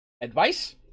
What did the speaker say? advice